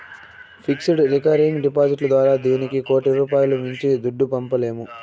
fixed, recurring డిపాడిట్లు ద్వారా దినానికి కోటి రూపాయిలు మించి దుడ్డు పంపలేము